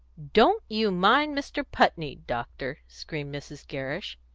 don't you mind mr. putney, doctor! screamed mrs. gerrish.